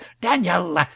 Daniel